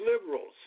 liberals